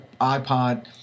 iPod